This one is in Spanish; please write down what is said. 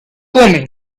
come